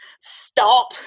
stop